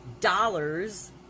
dollars